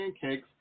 Pancakes